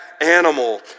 animal